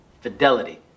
fidelity